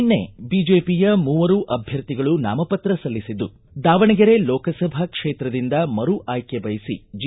ನಿನ್ನೆ ಬಿಜೆಪಿ ಮೂವರು ಅಭ್ಯರ್ಥಿಗಳು ನಾಮಪತ್ರ ಸಲ್ಲಿಸಿದ್ದು ದಾವಣಗೆರೆ ಲೋಕಸಭಾ ಕ್ಷೇತ್ರದಿಂದ ಮರು ಆಯ್ಕೆ ಬಯಸಿ ಜಿ